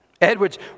Edwards